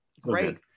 Great